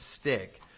stick